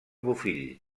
bofill